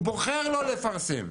היק"ר בוחר לא לפרסם.